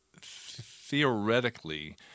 theoretically